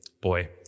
boy